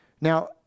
Now